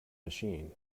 machine